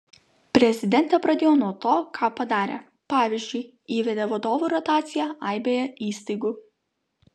prezidentė pradėjo nuo to ką padarė pavyzdžiui įvedė vadovų rotaciją aibėje įstaigų